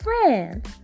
friends